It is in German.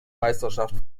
meisterschaft